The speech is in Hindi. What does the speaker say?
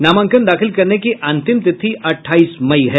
नामांकन दाखिल करने की अंतिम तिथि अठाईस मई है